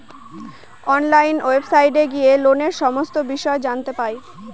online ওয়েবসাইটে গিয়ে লোনের সমস্ত বিষয় জানতে পাই